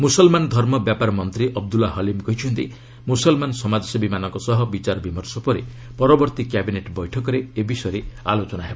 ମୁସଲମାନ ଧର୍ମ ବ୍ୟାପାର ମନ୍ତ୍ରୀ ଅବଦ୍ୱଲ୍ଲୀ ହଲିମ୍ କହିଛନ୍ତି ମ୍ରସଲମାନ ସମାଜସେବୀମାନଙ୍କ ସହ ବିଚାର ବିମର୍ଷ ପରେ ପରବର୍ତ୍ତୀ କ୍ୟାବିନେଟ୍ ବୈଠକରେ ଏ ବିଷୟରେ ଆଲୋଚନା ହେବ